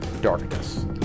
darkness